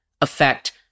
affect